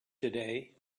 today